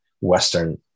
Western